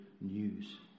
news